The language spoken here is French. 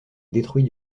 détruit